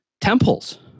temples